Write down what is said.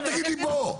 אל תגיד לי 'בוא'.